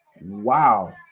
Wow